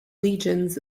legions